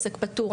עוסק פטור,